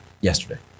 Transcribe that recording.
yesterday